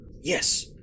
Yes